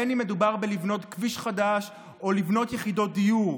בין שמדובר בלבנות כביש חדש ובין שמדובר